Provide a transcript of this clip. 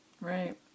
Right